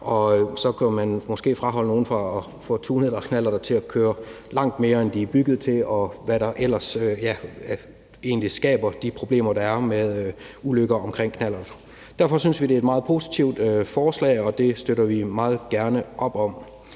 og så kan det måske afholde nogen fra at få tunet deres knallert til at køre langt hurtigere, end de er bygget til, og hvad der ellers egentlig skaber de problemer, der er med ulykker i forhold til knallerter. Derfor synes vi, at det er et meget positivt forslag til, og det bakker vi meget gerne op om.